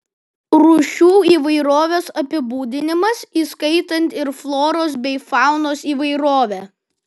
rūšių įvairovės apibūdinimas įskaitant ir floros bei faunos įvairovę